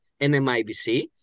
NMIBC